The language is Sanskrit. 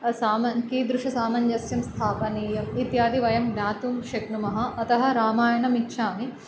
साम कीदृशसामञ्जस् स्थापनीयम् इत्यादि वयं ज्ञातुं शक्नुमः अतः रामायणमिच्छामि